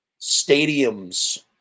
stadiums